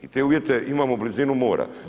I te uvjete, imamo blizinu mora.